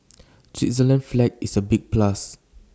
Switzerland's flag is A big plus